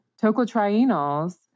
Tocotrienols